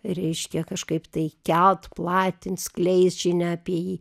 reiškia kažkaip tai kelt platint skleist žinią apie jį